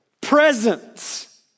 presence